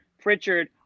pritchard